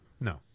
No